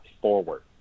forward